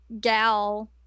gal